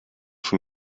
von